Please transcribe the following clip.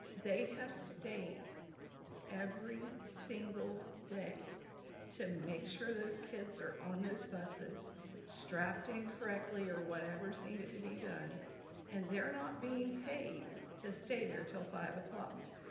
they have stayed every single day to make sure those kids are on those buses strapped in correctly or whatever's need to be done and they're not being paid to stay there til five o'clock.